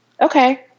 Okay